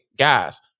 guys